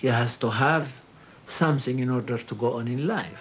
yeah still have something in order to go and in life